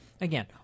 again